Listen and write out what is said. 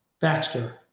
Baxter